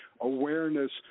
awareness